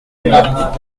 huit